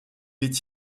est